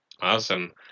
Awesome